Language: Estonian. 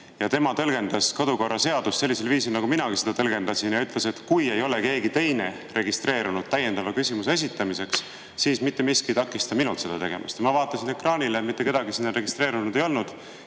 Tema tõlgendas kodukorraseadust sellisel viisil, nagu minagi seda tõlgendasin, ja ütles, et kui ei ole keegi teine registreerunud täiendava küsimuse esitamiseks, siis mitte miski ei takista minul seda tegemast. Ja ma vaatasin ekraanile, mitte keegi sinna registreerunud ei olnud,